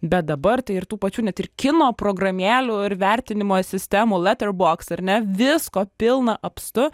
bet dabar tai ir tų pačių net ir kino programėlių ir vertinimo sistemų letter box ar ne visko pilna apstu